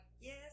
yes